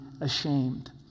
ashamed